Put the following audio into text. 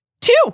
two